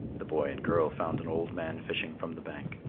the boy and girl found an old man fishing from the bank.